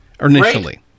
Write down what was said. initially